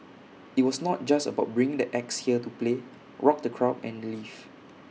IT was not just about bringing the acts here to play rock the crowd and leave